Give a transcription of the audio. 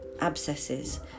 abscesses